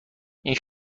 لطفا